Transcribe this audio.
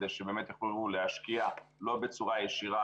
כדי באמת יוכלו להשקיע לא בצורה ישירה,